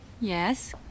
Yes